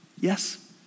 Yes